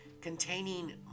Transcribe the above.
containing